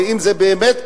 האם זה באמת כך?